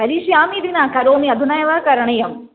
करिष्यामि इति न करोमि अधुना एव करणीयं